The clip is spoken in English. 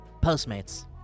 Postmates